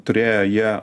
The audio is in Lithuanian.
turėjo jie